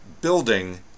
building